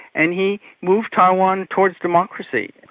and he moved taiwan towards democracy.